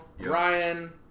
Ryan